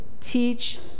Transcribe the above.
teach